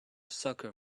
sucker